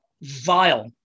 vile